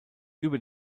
über